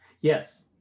Yes